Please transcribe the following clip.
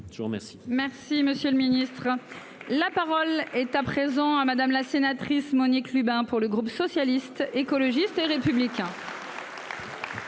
je vous remercie.